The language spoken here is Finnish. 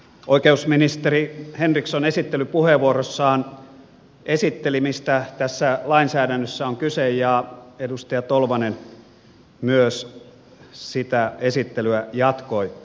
oikeusministeri henriksson esittelypuheenvuorossaan esitteli mistä tässä lainsäädännössä on kyse ja edustaja tolvanen myös sitä esittelyä jatkoi